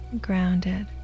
grounded